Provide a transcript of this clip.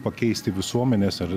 pakeisti visuomenės ar